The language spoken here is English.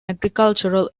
agricultural